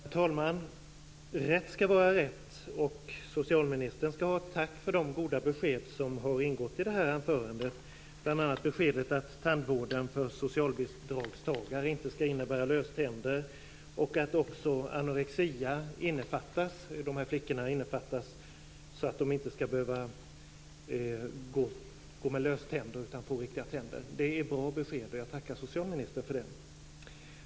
Herr talman! Rätt skall vara rätt. Socialministern skall ha tack för de goda besked som har ingått i det här anförandet, bl.a. beskedet att tandvården för socialbidragstagare inte skall innebära löständer och att även anorexi skall innefattas, så att dessa flickor inte skall behöva gå med löständer utan kan ha riktiga tänder. Det är bra besked, och jag tackar socialministern för dem.